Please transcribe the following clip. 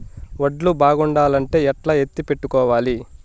వడ్లు బాగుండాలంటే ఎట్లా ఎత్తిపెట్టుకోవాలి?